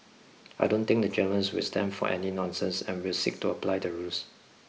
I don't think the Germans will stand for any nonsense and will seek to apply the rules